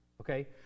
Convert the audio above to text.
okay